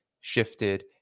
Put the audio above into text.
shifted